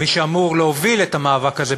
מי שאמור להוביל את המאבק הזה,